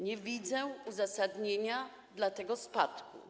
Nie widzę uzasadnienia dla tego spadku.